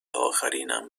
آخرینم